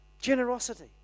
Generosity